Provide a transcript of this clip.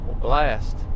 blast